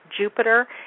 Jupiter